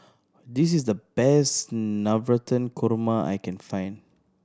this is the best Navratan Korma I can find